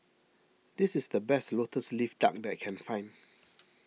this is the best Lotus Leaf Duck that I can find